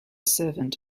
servant